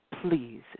please